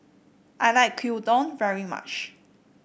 I like Gyudon very much